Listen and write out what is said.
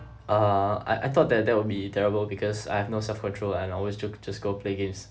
uh I I thought that that would be terrible because I have no self-control and always ju~ just go play games